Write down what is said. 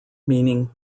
meaning